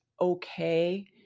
okay